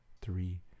three